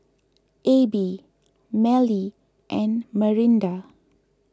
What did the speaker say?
Abie Mallie and Marinda